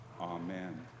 amen